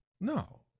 no